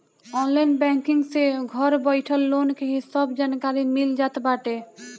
online banking से घर बइठल लोन के सब जानकारी मिल जात बाटे